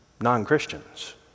Non-Christians